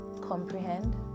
comprehend